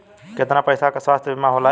कितना पैसे का स्वास्थ्य बीमा होला?